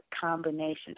combination